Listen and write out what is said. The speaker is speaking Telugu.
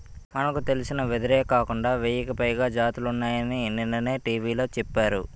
మనకు తెలిసిన వెదురే కాకుండా వెయ్యికి పైగా జాతులున్నాయని నిన్ననే టీ.వి లో చెప్పారు